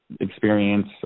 experience